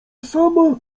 sama